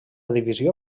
divisió